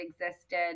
existed